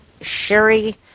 Sherry